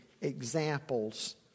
examples